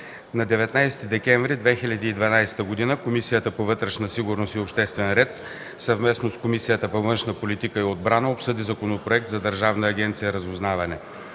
На 19 декември 2012 г. Комисията по вътрешна сигурност и обществен ред, съвместно с Комисията по външна политика и отбрана обсъди Законопроект за Държавна агенция „Разузнаване”,